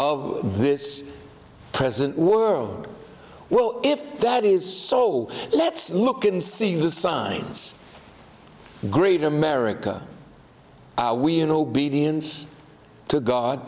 of this present world well if that is so let's look and see the signs great america we in obedience to god